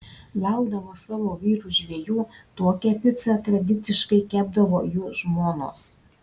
laukdamos savo vyrų žvejų tokią picą tradiciškai kepdavo jų žmonos